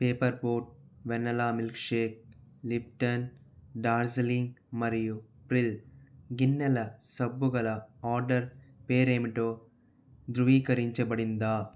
paper boat vanilla milk shake Lipton Darjeeling మరియు Pril గిన్నెల సబ్బు గల ఆర్డర్ పేరేమిటో ధృవీకరించబడిందా